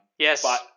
Yes